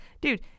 dude